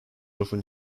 often